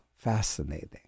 Fascinating